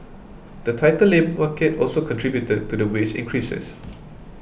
the tighter market also contributed to the wage increases